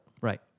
Right